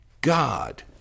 God